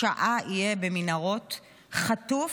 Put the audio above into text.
שעה, יהיה במנהרות חטוף,